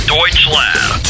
Deutschland